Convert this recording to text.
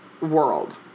world